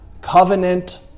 Covenant